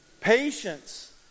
patience